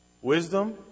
Wisdom